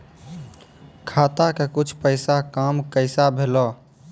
खाता के कुछ पैसा काम कैसा भेलौ?